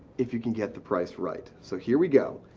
if you can get the price right. so here we go.